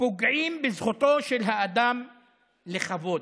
פוגעים בזכותו של האדם לכבוד.